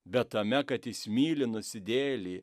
bet tame kad jis myli nusidėjėlį